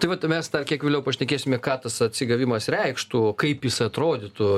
tai vat mes tą kiek vėliau pašnekėsime ką tas atsigavimas reikštų kaip jis atrodytų